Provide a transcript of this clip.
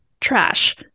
trash